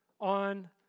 on